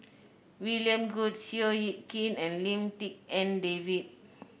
William Goode Seow Yit Kin and Lim Tik En David